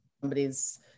somebody's